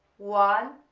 one,